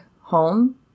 home